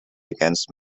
against